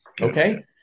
Okay